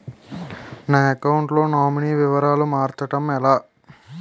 నా అకౌంట్ లో నామినీ వివరాలు మార్చటం ఎలా?